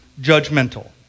judgmental